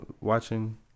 watching